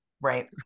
Right